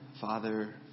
Father